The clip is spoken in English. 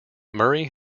murray